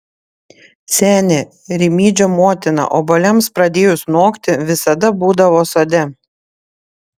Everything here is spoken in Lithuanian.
senė rimydžio motina obuoliams pradėjus nokti visada būdavo sode